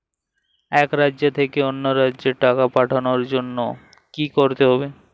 এক রাজ্য থেকে অন্য রাজ্যে টাকা পাঠানোর জন্য কী করতে হবে?